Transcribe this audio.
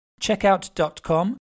Checkout.com